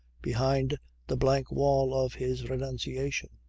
behind the blank wall of his renunciation.